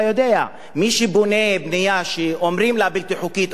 מי שבונה בנייה שאומרים עליה בלתי חוקית או בלתי מורשית,